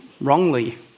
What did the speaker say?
wrongly